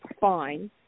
fine